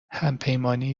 همپیمانی